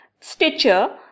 Stitcher